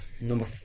number